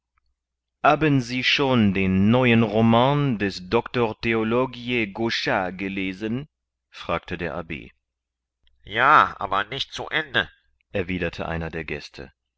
haben sie schon den neuen roman des doctor theologiä gauchat gelesen fragte der abb ja aber nicht zu ende erwiderte einer der gäste